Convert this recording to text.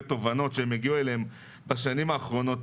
תובנות אלים הן הגיעו בשנים האחרונות.